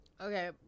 Okay